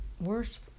worse